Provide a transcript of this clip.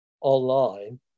online